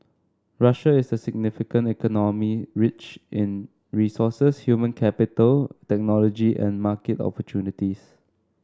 Russia is a significant economy rich in resources human capital technology and market opportunities